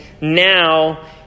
now